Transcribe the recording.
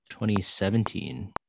2017